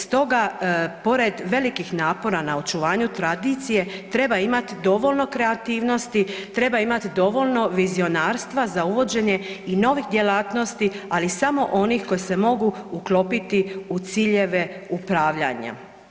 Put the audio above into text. Stoga pored velikih napora na očuvanju tradicije treba imati dovoljno kreativnosti, treba imati dovoljno vizionarstva za uvođenje i novih djelatnosti, ali samo onih koji se mogu uklopiti u ciljeve upravljanja.